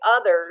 others